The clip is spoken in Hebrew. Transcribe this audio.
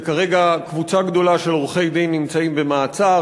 וכרגע קבוצה גדולה של עורכי-דין נמצאים במעצר.